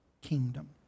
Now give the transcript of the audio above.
kingdom